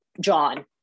john